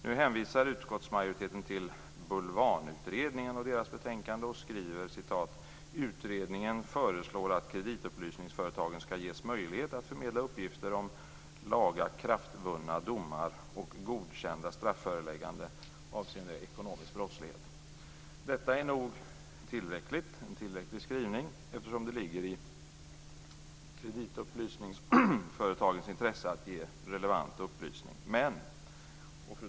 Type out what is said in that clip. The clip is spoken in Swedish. Nu hänvisar utskottsmajoriteten till Bulvanutredningen och dess betänkande och skriver: "Utredningen föreslår att kreditupplysningsföretagen skall ges möjlighet att förmedla uppgifter om lagakraftvunna domar och godkända strafförelägganden avseende ekonomisk brottslighet." Detta är nog en tillräcklig skrivning eftersom det ligger i kreditupplysningsföretagens intresse att ge relevanta upplysningar. Fru talman!